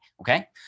Okay